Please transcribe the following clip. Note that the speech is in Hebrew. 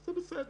זה בסדר.